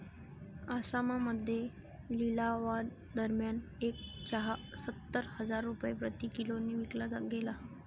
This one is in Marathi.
आसाममध्ये लिलावादरम्यान एक चहा सत्तर हजार रुपये प्रति किलोने विकला गेला